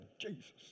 Jesus